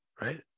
right